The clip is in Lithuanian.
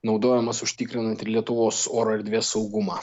naudojamos užtikrinant ir lietuvos oro erdvės saugumą